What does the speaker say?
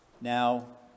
Now